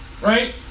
Right